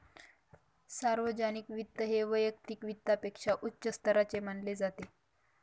सार्वजनिक वित्त हे वैयक्तिक वित्तापेक्षा उच्च स्तराचे मानले जाते